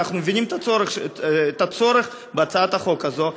אנחנו מבינים את הצורך בהצעת החוק הזאת.